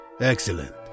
Excellent